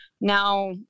now